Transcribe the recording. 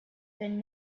been